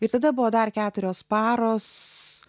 ir tada buvo dar keturios paros